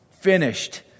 finished